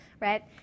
right